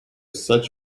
such